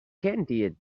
candied